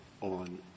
on